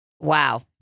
Wow